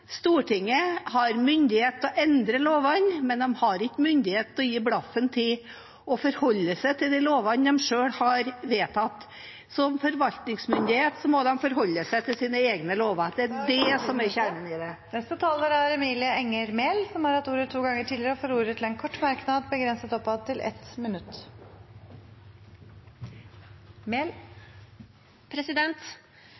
Stortinget har myndighet til å endre lovene, men de har ikke myndighet til å gi blaffen i å forholde seg til de lovene de selv har vedtatt. Som forvaltningsmyndighet må de forholde seg til sine egne lover. Det er det som er kjernen i det. Representanten Emilie Enger Mehl har hatt ordet to ganger tidligere og får ordet til en kort merknad, begrenset til 1 minutt.